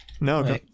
No